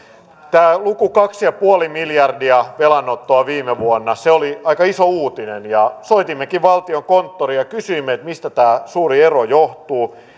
tämä luku kaksi pilkku viisi miljardia velan ottoa viime vuonna se oli aika iso uutinen soitimmekin valtiokonttoriin ja kysyimme mistä tämä suuri ero johtuu